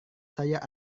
saya